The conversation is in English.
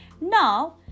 Now